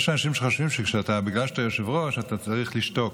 יש אנשים שחושבים שבגלל שאתה יושב-ראש אתה צריך לשתוק.